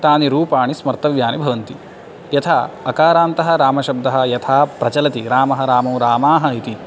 तानि रूपाणि स्मर्तव्यानि भवन्ति यथा अकारान्तः रामशब्दः यथा प्रचलति रामः रामौ रामाः इति